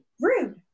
Rude